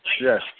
Yes